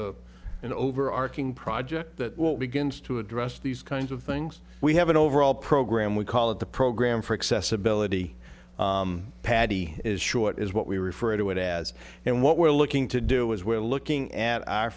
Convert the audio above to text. a an overarching project that will begin to address these kinds of things we have an overall program we call it the program for accessibility paddy is short is what we refer to it as and what we're looking to do is we're looking at our